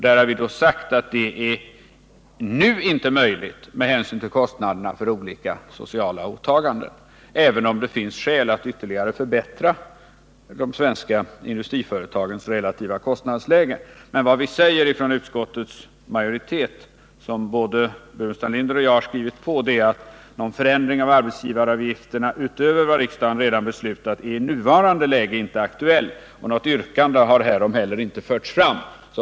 Där har vi sagt att det nu inte är möjligt med hänsyn till kostnaderna för olika sociala åtaganden, även om det finns skäl att ytterligare förbättra de svenska industriföretagens relativa kostnadsläge. Men vad vi i utskottsmajoriteten säger och som både Staffan Burenstam Linder och jag har skrivit under är att någon förändring av arbetsgivaravgifterna, utöver vad riksdagen redan beslutat, i nuvarande läge inte är aktuell. Något yrkande härom har inte heller förts fram.